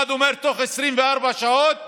אחד אומר: בתוך 24 שעות